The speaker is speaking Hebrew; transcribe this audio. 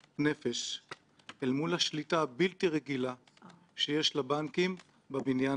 אבל עדיין לתחושת הציבור יש כאן שליטה בלתי רגילה